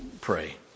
pray